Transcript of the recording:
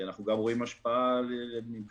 אנחנו גם רואים השפעה על הנוער.